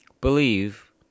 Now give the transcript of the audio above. believe